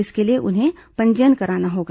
इसके लिए उन्हें पंजीयन कराना होगा